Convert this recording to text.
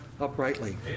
uprightly